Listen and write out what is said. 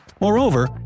Moreover